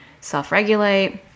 self-regulate